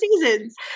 seasons